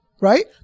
right